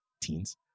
teens